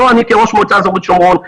לא אני כראש מועצה אזורית שומרון,